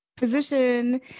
position